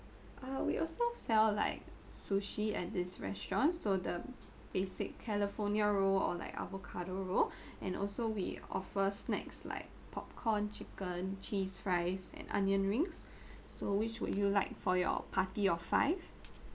ah we also sell like sushi at this restaurant so the basic california roll or like avocado roll and also we offer snacks like popcorn chicken cheese fries and onion rings so which would you like for your party of five